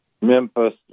Memphis